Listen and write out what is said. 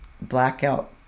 Blackout